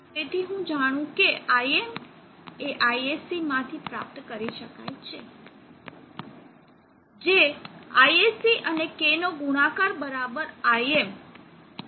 તેથી હું જાણું છું કે Im એ ISC માંથી પ્રાપ્ત કરી શકાય છે જે ISC અને K નો ગુણાકાર બરાબર હશે